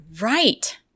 right